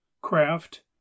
craft